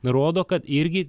rodo kad irgi